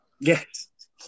Yes